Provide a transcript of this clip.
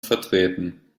vertreten